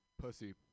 pussy